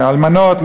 לאלמנות,